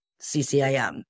CCIM